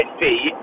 fee